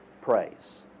praise